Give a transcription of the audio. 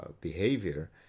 behavior